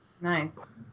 Nice